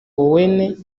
owen